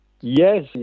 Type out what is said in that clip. Yes